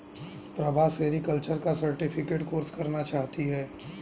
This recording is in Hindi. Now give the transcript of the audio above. प्रभा सेरीकल्चर का सर्टिफिकेट कोर्स करना चाहती है